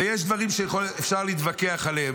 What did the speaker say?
ויש דברים שאפשר להתווכח עליהם.